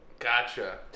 Gotcha